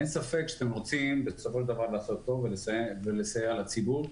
אין ספק שאתם רוצים בסופו של דבר לעשות טוב ולסייע לציבור,